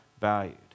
valued